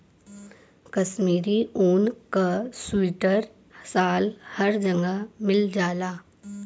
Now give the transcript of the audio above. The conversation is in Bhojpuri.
कशमीरी ऊन क सीवटर साल हर जगह मिल जाला